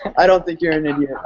i don't think you're an idiot.